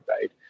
right